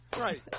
right